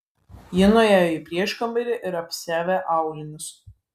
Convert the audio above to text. ji nuėjo į prieškambarį ir apsiavė aulinius